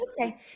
okay